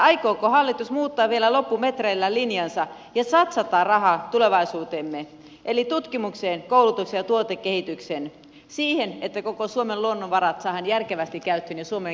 aikooko hallitus muuttaa vielä loppumetreillä linjansa ja satsata rahaa tulevaisuuteemme eli tutkimukseen koulutukseen ja tuotekehitykseen siihen että koko suomen luonnonvarat saadaan järkevästi käyttöön ja suomen kehitys liikkeelle